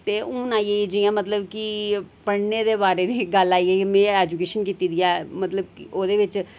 ते हून आई गेई जि'यां मतलब कि पढ़ने दे बारे दी गल्ल आई गेई में ऐजूकेशन कीती दी ऐ मतलब कि ओह्दे बिच्च